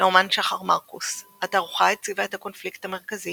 לאמן שחר מרקוס התערוכה הציבה את הקונפליקט המרכזי